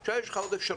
עכשיו יש לך עוד אפשרות